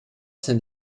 sein